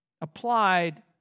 applied